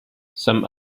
some